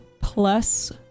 plus